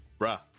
Bruh